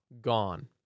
gone